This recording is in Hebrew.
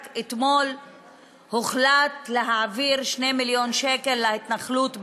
רק אתמול הוחלט להעביר 2 מיליון שקל להתנחלות בחברון,